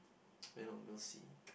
we'll we'll see